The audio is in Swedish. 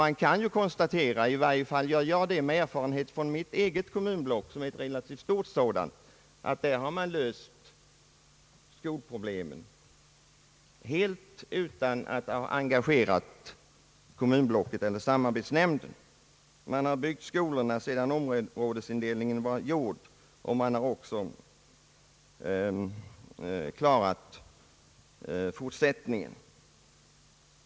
Vi kan konstatera — i varje fall gör jag det med erfarenhet från mitt eget kommunblock, som är ett relativt stort sådant — att man har löst skolproblemen helt utan att engagera kommunblocket eller samarbetsnämnden. Man har byggt skolorna sedan områdesindelningen har verkställts, och man har även klarat fortsättningen.